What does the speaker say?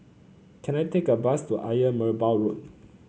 can I take a bus to Ayer Merbau Road